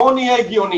בואו נהיה הגיוניים.